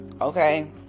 okay